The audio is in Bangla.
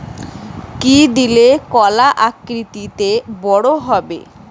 কি দিলে কলা আকৃতিতে বড় হবে?